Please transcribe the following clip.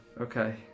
Okay